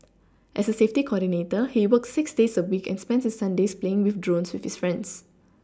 as a safety coordinator he works six days a week and spends his Sundays playing with drones with his friends